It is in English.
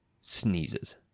sneezes